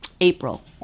April